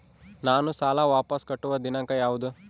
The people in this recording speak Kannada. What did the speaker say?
ನಾನು ಸಾಲ ವಾಪಸ್ ಕಟ್ಟುವ ದಿನಾಂಕ ಯಾವುದು?